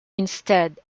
instead